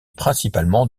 principalement